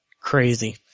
crazy